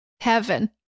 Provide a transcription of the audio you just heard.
heaven